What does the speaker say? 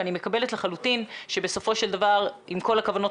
ואני מקבלת לחלוטין שבסופו של דבר עם כל הכוונות